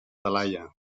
talaia